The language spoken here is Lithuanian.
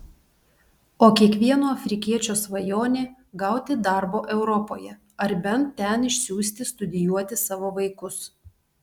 o kiekvieno afrikiečio svajonė gauti darbo europoje ar bent ten išsiųsti studijuoti savo vaikus